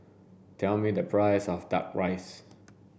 tell me the price of duck rice